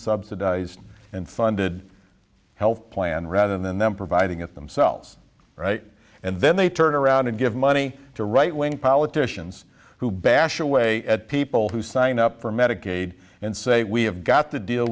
subsidized and funded health plan rather than them providing it themselves right and then they turn around and give money to right wing politicians who bash away at people who sign up for medicaid and say we have got to deal